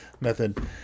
method